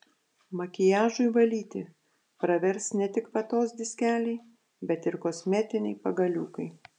makiažui valyti pravers ne tik vatos diskeliai bet ir kosmetiniai pagaliukai